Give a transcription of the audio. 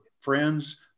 friends